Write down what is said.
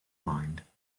mind